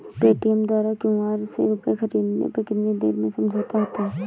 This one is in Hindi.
पेटीएम द्वारा क्यू.आर से रूपए ख़रीदने पर कितनी देर में समझौता होता है?